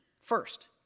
first